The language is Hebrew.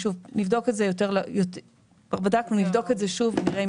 כבר בדקנו אבל נבדוק את זה שוב ונראה אם